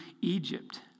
Egypt